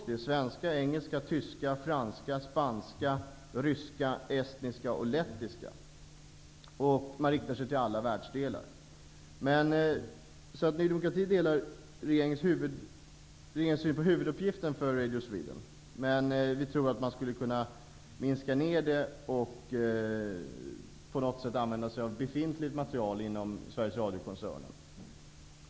Det är svenska, engelska, tyska, franska, spanska, ryska, estniska och lettiska. Man riktar sig till alla världsdelar. Ny demokrati delar regeringens syn på huvuduppgiften för Radio Sweden, men vi tror att man skulle kunna minska ner det och på något sätt använda sig av befintligt material inom Sveriges Radio-koncernen.